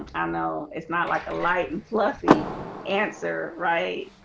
but know it's not like a light and fluffy answer right,